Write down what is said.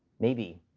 maybe,